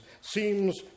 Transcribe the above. seems